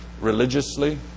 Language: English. religiously